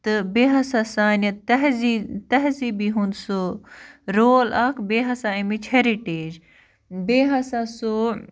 تہٕ بیٚیہِ ہسا سانٮ۪ن تہذی تہذیٖبی ہُنٛد سُہ رول اَکھ بیٚیہِ ہسا امِچ ہیرِٹیج بیٚیہِ ہسا سُہ